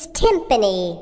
timpani